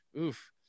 oof